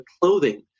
clothing